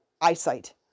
eyesight